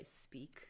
speak